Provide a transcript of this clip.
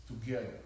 together